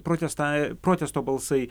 protestavę protesto balsai